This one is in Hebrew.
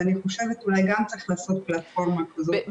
אני חושבת שאולי גם צריך לעשות פלטפורמה כזאת.